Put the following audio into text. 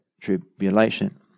tribulation